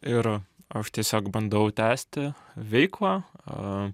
ir aš tiesiog bandau tęsti veiklą